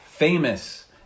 famous